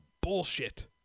bullshit